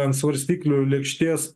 ant svarstyklių lėkštės